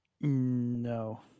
No